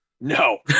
No